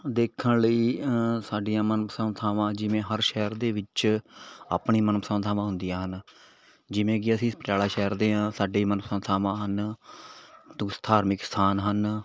ਦੇਖਣ ਲਈ ਸਾਡੀਆਂ ਮਨਪਸੰਦ ਥਾਵਾਂ ਜਿਵੇਂ ਹਰ ਸ਼ਹਿਰ ਦੇ ਵਿੱਚ ਆਪਣੀ ਮਨਪਸੰਦ ਥਾਵਾਂ ਹੁੰਦੀਆਂ ਹਨ ਜਿਵੇਂ ਕਿ ਅਸੀਂ ਪਟਿਆਲਾ ਸ਼ਹਿਰ ਦੇ ਹਾਂ ਸਾਡੇ ਮਨਪਸੰਦ ਥਾਵਾਂ ਹਨ ਧਾਰਮਿਕ ਸਥਾਨ ਹਨ